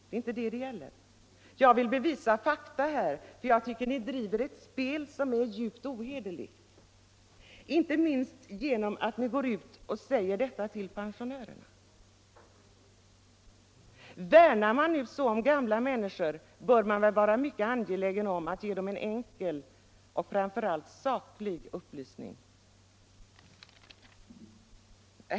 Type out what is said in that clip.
Det är inte det saken gäller. Jag vill här bevisa fakta, för jag tycker att ni driver ett spel som är djupt ohederligt, inte minst genom att ni går ut och säger detta till pensionärerna. Värnar man nu så om gamla människor, bör man väl vara angelägen om att ge dem rak och framför allt saklig upplysning.